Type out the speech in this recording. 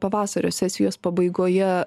pavasario sesijos pabaigoje